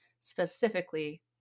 specifically